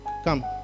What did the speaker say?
come